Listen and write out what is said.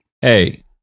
hey